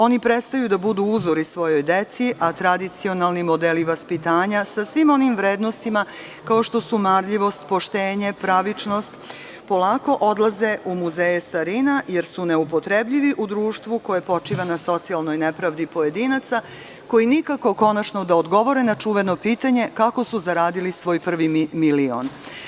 Oni prestaju da budu uzor i svojoj deci, a tradicionalni modeli vaspitanja sa svim oni vrednostima, kao što su marljivost, poštenje, pravičnost, polako odlaze u muzeje starina, jer su neupotrebljivi u društvu koje počiva na socijalnoj nepravdi pojedinaca, koji nikako konačno da odgovore na čuveno pitanje – kako su zaradili svoj prvi milion?